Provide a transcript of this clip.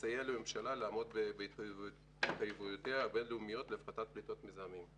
ולסייע לממשלה לעמוד בהתחייבויותיה הבין-לאומית להפחתת פליטות מזהמים.